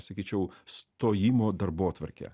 sakyčiau stojimo darbotvarkę